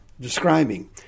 describing